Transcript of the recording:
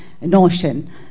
notion